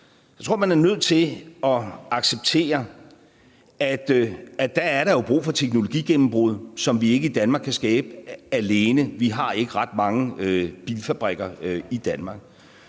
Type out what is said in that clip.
jeg, at man er nødt til at acceptere, at der er der jo brug for teknologigennembrud, som vi i Danmark ikke kan skabe alene. Vi har ikke ret mange bilfabrikker i Danmark.